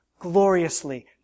gloriously